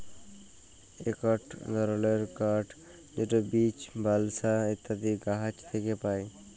ইকট ধরলের কাঠ যেট বীচ, বালসা ইত্যাদি গাহাচ থ্যাকে পায়